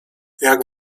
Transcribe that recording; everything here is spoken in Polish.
jak